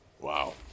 Wow